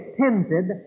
tempted